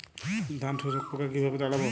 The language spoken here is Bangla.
ধানে শোষক পোকা কিভাবে তাড়াব?